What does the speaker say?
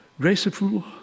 graceful